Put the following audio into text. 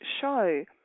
show